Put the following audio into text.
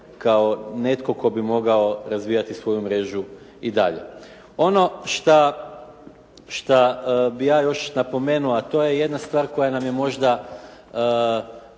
kao netko tko bi mogao razvijati svoju mrežu i dalje. Ono što bih ja još napomenuo, a to je jedna stvar koja nam je možda